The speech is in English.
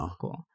cool